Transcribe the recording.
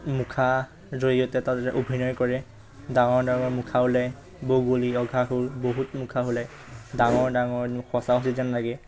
মুখাৰ জৰিয়তে তাত অভিনয় কৰে ডাঙৰ ডাঙৰ মুখা ওলায় বগলী অঘাসুৰ বহুত মুখা ওলায় ডাঙৰ ডাঙৰ একদম সঁচাসঁচি যেন লাগে